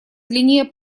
длиннее